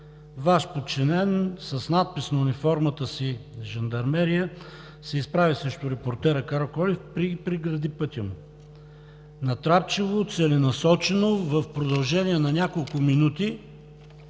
Ваш подчинен с надпис на униформата си „Жандармерия“ се изправи срещу репортера Караколев и прегради пътя му. Натрапчиво, целенасочено, в продължение на няколко минути